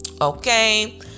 Okay